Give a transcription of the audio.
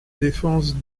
défense